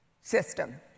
system